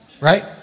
right